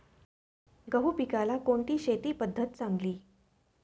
गहू पिकाला कोणती शेती पद्धत चांगली?